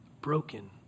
broken